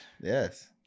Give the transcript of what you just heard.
yes